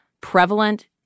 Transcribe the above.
prevalent